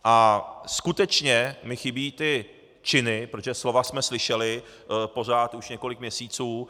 A skutečně mi chybí ty činy, protože slova jsme slyšeli, pořád, už několik měsíců.